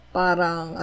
parang